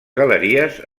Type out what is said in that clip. galeries